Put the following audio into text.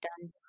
done